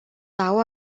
tahu